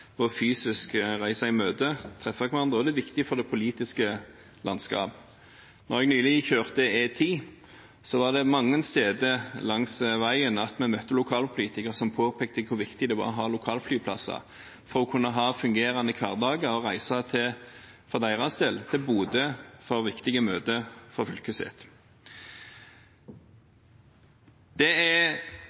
fysisk, reise i møter, treffe hverandre – og det er viktig for det politiske landskapet. Da jeg nylig kjørte E10, var det mange steder langs veien vi møtte lokalpolitikere som påpekte hvor viktig det var å ha lokalflyplasser for å kunne ha fungerende hverdager og reise – for deres del – til Bodø for viktige møter for fylket sitt. Det er